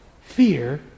fear